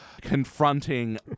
Confronting